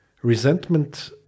Resentment